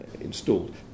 installed